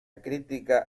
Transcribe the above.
crítica